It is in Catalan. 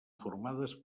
formades